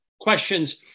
questions